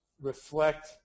reflect